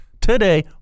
today